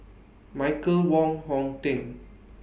Michael Wong Hong Teng